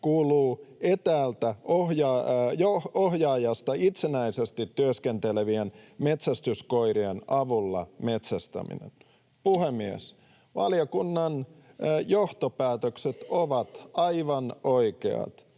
kuuluu etäällä ohjaajasta itsenäisesti työskentelevien metsästyskoirien avulla metsästäminen. Puhemies! Valiokunnan johtopäätökset ovat aivan oikeat.